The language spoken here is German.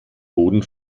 boden